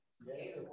Today